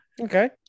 okay